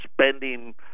spending